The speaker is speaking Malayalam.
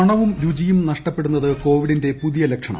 മണവും രുചിയും നഷ്ടപ്പെടുന്നത് കോവിഡിന്റെ പുതിയ ലക്ഷണം